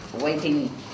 waiting